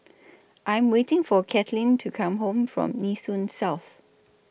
I Am waiting For Katlynn to Come Home from Nee Soon South